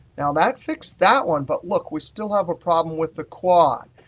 now that fixed that one. but look, we still have a problem with the quad.